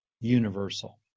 universal